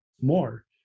more